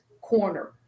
corner